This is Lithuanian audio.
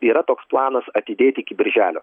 yra toks planas atidėti iki birželio